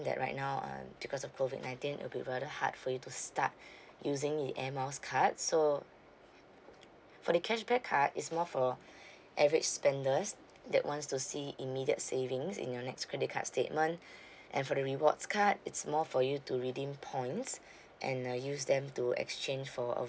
that right now um because of COVID nineteen it'll be rather hard for you to start using the air miles card so for the cashback card it's more for average spenders that wants to see immediate savings in their next credit card statement and for the rewards card it's more for you to redeem points and uh use them to exchange for a